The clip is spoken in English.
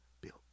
built